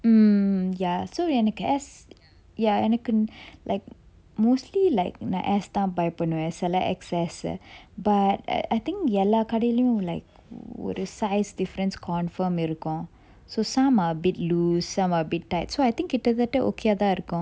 mm ya so எனக்கு:enakku ash ya எனக்கு:enakku like mostly like நா:na ash தான்:than buy பண்ணுவன் செல:pannuvan sela X_S ah but ah I think எல்லா கடையிலையும்:ella kadayilayum like ஒரு:oru size difference confirm இருக்கும்:irukkum so some might be a bit loose some are a bit tight so I think கிட்டத்தட்ட:kittathatta okay ah தான் இருக்கும்:than irukkum